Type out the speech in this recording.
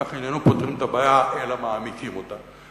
כך איננו פותרים את הבעיה אלא מעמיקים אותה.